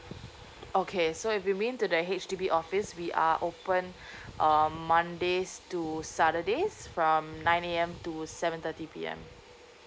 okay so if you've been to the H_D_B office we are open um mondays to saturdays from nine A_M to seven thirty P_M